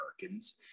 Americans